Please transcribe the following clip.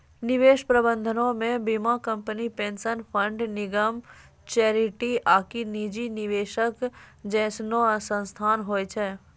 निवेश प्रबंधनो मे बीमा कंपनी, पेंशन फंड, निगम, चैरिटी आकि निजी निवेशक जैसनो संस्थान होय छै